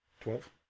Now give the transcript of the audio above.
Twelve